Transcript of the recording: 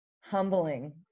Humbling